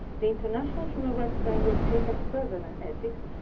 the international human rights framework will take us further than ethics,